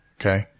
Okay